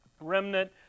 remnant